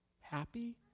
happy